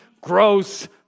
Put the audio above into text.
gross